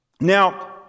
Now